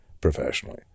professionally